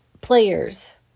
players